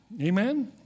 Amen